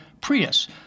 Prius